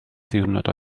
ddiwrnod